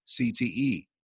CTE